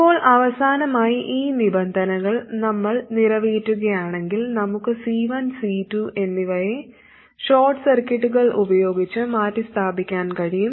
ഇപ്പോൾ അവസാനമായി ഈ നിബന്ധനകൾ നമ്മൾ നിറവേറ്റുകയാണെങ്കിൽ നമുക്ക് C1 C2 എന്നിവയെ ഷോർട്ട് സർക്യൂട്ടുകൾ ഉപയോഗിച്ച് മാറ്റിസ്ഥാപിക്കാൻ കഴിയും